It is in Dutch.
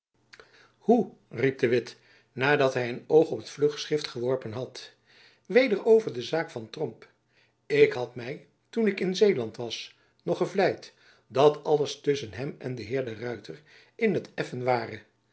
riep de witt nadat hy een oog op het vlugschrift geworpen had weder over de zaak van tromp ik had my toen ik in zeeland was nog gevleid dat alles tusschen hem en den heer de ruyter in t effen ware